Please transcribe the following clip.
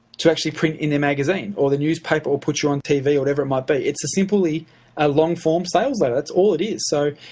to actually print in their magazine, or their newspaper, or put you on tv l whatever it might be. it's simply a long-form sales letter, that's all it is. so,